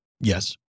yes